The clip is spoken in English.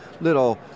Little